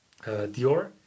dior